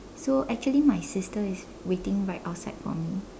so actually my sister is waiting right outside for me